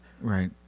Right